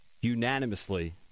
unanimously